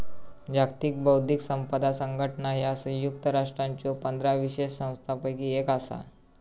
जागतिक बौद्धिक संपदा संघटना ह्या संयुक्त राष्ट्रांच्यो पंधरा विशेष संस्थांपैकी एक असा